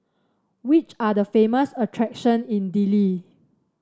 which are the famous attractions in Dili